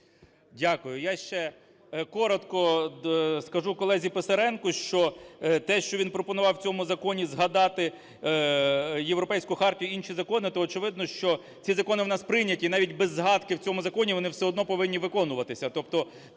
Дякую. Я ще коротко скажу колезі Писаренку, що те, що він пропонував в цьому законі згадати Європейську хартію і інші закони, то, очевидно, що ці закони у нас прийняті, і навіть без згадки в цьому законі вони все одно повинні виконуватися.